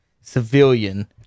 civilian